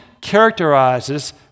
characterizes